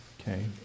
Okay